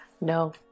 No